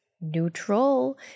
neutral